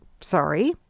Sorry